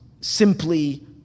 simply